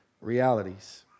realities